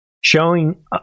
showing